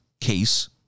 case